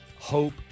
Hope